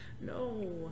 No